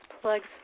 plugs